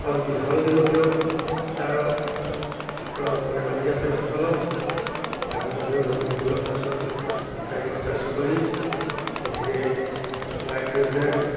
ହଳଦୀ ହଳଦୀ ମଧ୍ୟ ତାରର ଗୋଟେ ରବିଜାତୀୟ ଫସଲ ତାକୁ ମଧ୍ୟ ଜମି ଭଲ ଚାଷ ଚାରିିବର ଚାଷ କରି ସେଥିରେ ନାଇଟ୍ରୋଜେନ୍